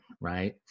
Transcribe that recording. right